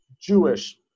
Jewish